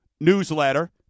newsletter